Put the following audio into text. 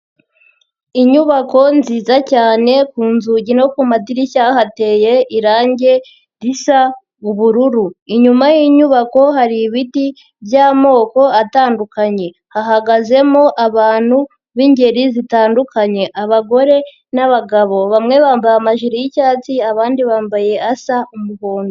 Inyubako nziza cyane ku nzugi no ku madirishya hateye irangi risa ubururu. Inyuma y'inyubako hari ibiti by'amoko atandukanye. Hahagazemo abantu b'ingeri zitandukanye. Abagore n'abagabo. Bamwe bambaye amajiri y'icyatsi abandi bambaye asa umuhondo.